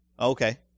Okay